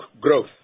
growth